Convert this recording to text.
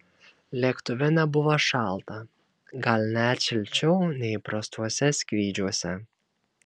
lėktuve nebuvo šalta gal net šilčiau nei įprastuose skrydžiuose